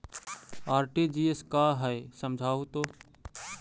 RTGS का है समझाहू तो?